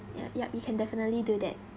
yup yup you can definitely do that